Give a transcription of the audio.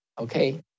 okay